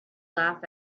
laugh